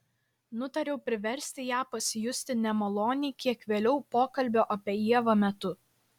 nutariau priversti ją pasijusti nemaloniai kiek vėliau pokalbio apie ievą metu